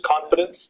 confidence